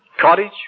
cottage